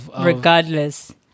Regardless